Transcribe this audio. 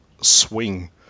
swing